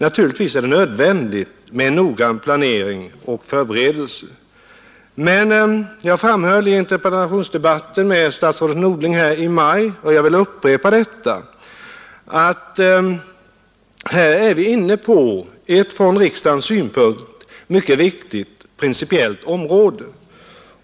Naturligtvis är det nödvändigt med noggrann planering och förberedelse. Jag framhöll i interpellationsdebatten med statsrådet Norling i maj — jag vill upprepa detta — att vi här är inne på en från riksdagens synpunkt mycket viktig principiell fråga.